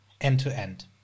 end-to-end